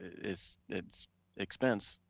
it's it's expense